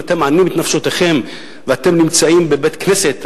אתם מענים את נפשותיכם ואתם נמצאים בבית-כנסת,